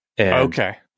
Okay